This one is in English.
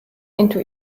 into